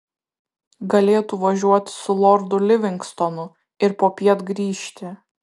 galėtų važiuoti su lordu livingstonu ir popiet grįžti